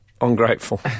ungrateful